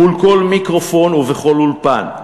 מול כל מיקרופון ובכל אולפן.